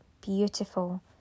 beautiful